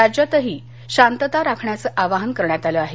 राज्यातही शांतता राखण्याचं आवाहन करण्यात आलं आहे